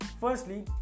Firstly